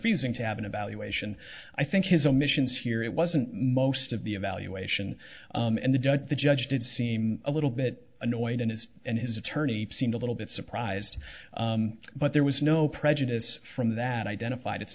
freezing to have an evaluation i think his omissions here it wasn't most of the evaluation and the judge the judge did seem a little bit annoyed and his and his attorney seemed a little bit surprised but there was no prejudice from that identified it's